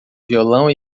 violão